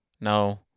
no